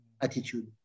attitude